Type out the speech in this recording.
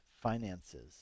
finances